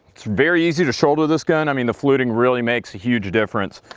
it's very easy to shoulder this gun. i mean, the fluting really makes a huge difference.